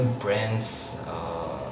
brands err